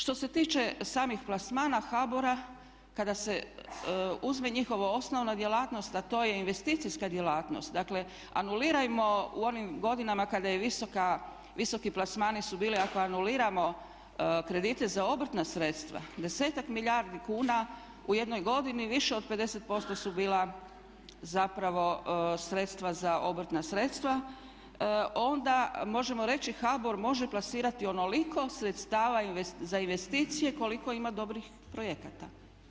Što se tiče samih plasmana HBOR-a, kada se uzme njihova osnovna djelatnost a to je investicijska djelatnost, dakle anulirajmo u onim godinama kada visoki plasmani su bili, ako anuliramo kredite za obrtna sredstva 10-ak milijardi kuna u jednog godini više od 50% su bila zapravo sredstva za obrtna sredstva, onda možemo reći HBOR može plasirati onoliko sredstava za investicije koliko ima dobrih projekata.